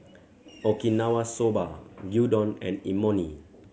Okinawa Soba Gyudon and Imoni